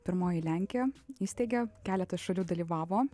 pirmoji lenkija įsteigė keletas šalių dalyvavo